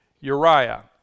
Uriah